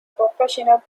professional